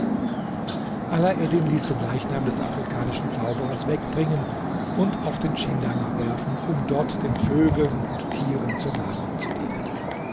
alaeddin ließ den leichnam des afrikanischen zauberers wegbringen und auf den schindanger werfen um dort den vögeln und tieren zur nahrung zu dienen